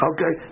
Okay